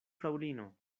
fraŭlino